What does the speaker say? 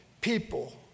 PEOPLE